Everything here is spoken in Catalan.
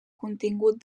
contingut